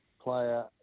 player